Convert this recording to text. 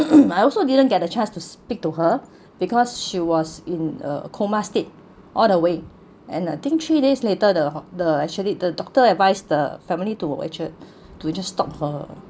I also didn't get a chance to speak to her because she was in a coma state all the way and I think three days later the the actually the doctor advised the family to actu~ to just stop her